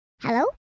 Hello